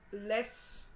less